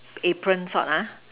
apron sort ah